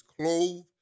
clothed